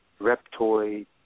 reptoid